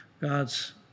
God's